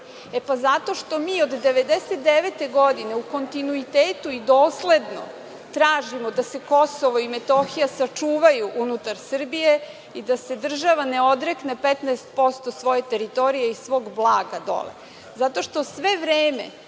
Zato što mi od 1999. godine u kontinuitetu i dosledno tražimo da se KiM sačuvaju unutar Srbije i da se država ne odrekne 15% svoje teritorije i svog blaga dole.